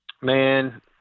Man